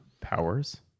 powers